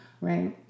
right